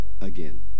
again